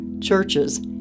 churches